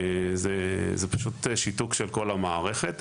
זה פשוט שיתוק של כל המערכת.